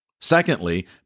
Secondly